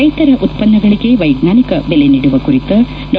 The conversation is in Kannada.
ರೈತರ ಉತ್ತ್ವನ್ನಗಳಿಗೆ ವೈಜ್ಞಾನಿಕ ಬೆಲೆ ನೀಡುವ ಕುರಿತ ಡಾ